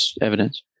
evidence